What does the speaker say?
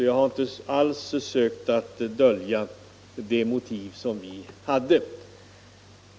Jag har inte alls försökt dölja det motiv som vi alltså hade.